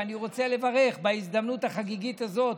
אני רוצה לברך, בהזדמנות החגיגית הזאת,